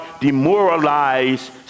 demoralize